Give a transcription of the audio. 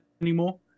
anymore